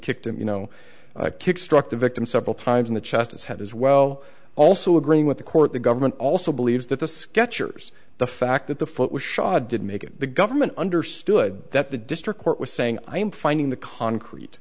kicked him you know kick struck the victim several times in the chest and head as well also agreeing with the court the government also believes that the sketchers the fact that the foot was shot did make it the government understood that the district court was saying i am finding the concrete